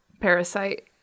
Parasite